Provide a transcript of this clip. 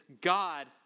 God